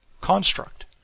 construct